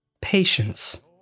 Patience